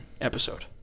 episode